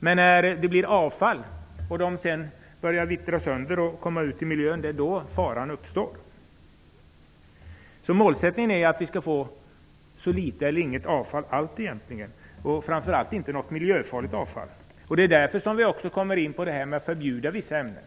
Men när ämnena blir till avfall, börjar vittra sönder och kommer ut i miljön uppstår faran. Målsättningen är att vi skall få så litet avfall som möjligt eller inget avfall alls. Det skall framför allt inte vara något miljöfarligt avfall. Därför kommer vi in på frågan att förbjuda vissa ämnen.